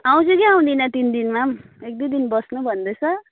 आउँछु कि आउँदिनँ तिन दिनमा पनि एकदुई दिन बस्नु भन्दैछ